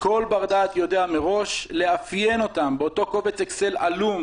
כל בר דעת יודע מראש לאפיין אותם באותו קובץ אקסל עלום,